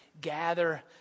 gather